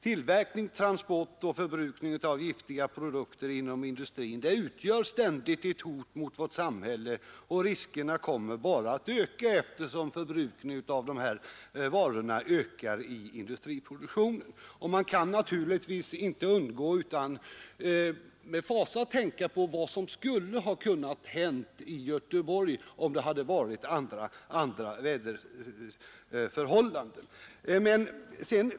Tillverkning, transport och förbrukning av giftiga produkter inom industrin utgör ständigt ett hot mot vårt samhälle, och riskerna kommer att öka successivt, eftersom förbrukningen av dessa gifter ökar i industriproduktionen. Man kan inte undgå att med fasa tänka på vad som kunde ha hänt i Göteborg, om det hade rått andra väderleksförhållanden.